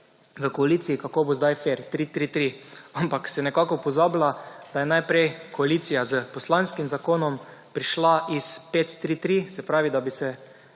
v koaliciji, kako bo zdaj fer, 3, 3, 3, ampak se nekako pozablja, da je najprej koalicija s poslanskim zakonom prišla iz 5, 3, 3, se pravi, da bi se